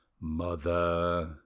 Mother